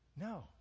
No